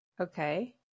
Okay